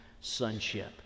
sonship